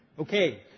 Okay